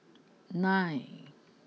nine